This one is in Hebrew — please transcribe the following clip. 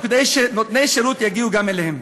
וכדי שנותני שירות יגיעו גם אליהם.